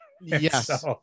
yes